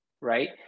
right